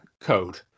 code